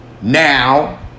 Now